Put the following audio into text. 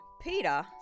Peter